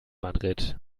madrid